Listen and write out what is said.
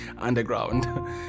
underground